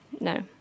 No